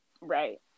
Right